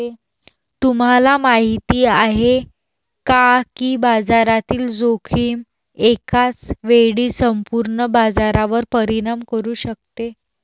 तुम्हाला माहिती आहे का की बाजारातील जोखीम एकाच वेळी संपूर्ण बाजारावर परिणाम करू शकते?